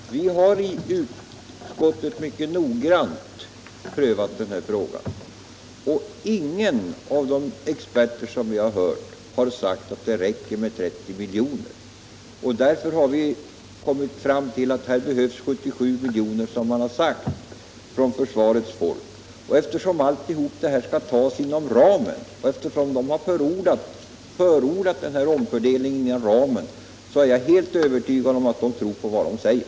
Herr talman! Vi har i utskottet mycket noggrant prövat denna fråga. Ingen av de experter som vi hört har sagt att det räcker med 30 miljoner. Därför har vi kommit fram till att man behöver de 77 miljoner som har föreslagits från försvarets håll. Eftersom man förordat en omfördelning inom ramen är jag helt övertygad om att man tror på vad man säger.